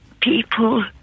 people